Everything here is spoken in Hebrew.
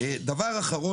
דבר אחרון,